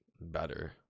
better